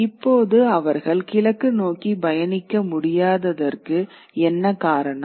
இப்போது அவர்கள் கிழக்கு நோக்கி பயணிக்க முடியாததற்கு என்ன காரணம்